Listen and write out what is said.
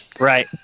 right